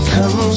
Come